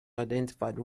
identified